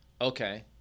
Okay